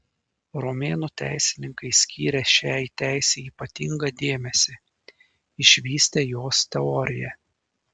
romėnų teisininkai skyrė šiai teisei ypatingą dėmesį išvystė jos teoriją